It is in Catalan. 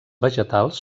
vegetals